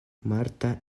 marta